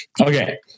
Okay